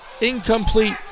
Incomplete